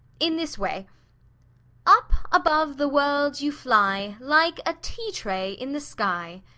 in this way up above the world you fly, like a tea-tray in the sky.